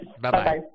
Bye-bye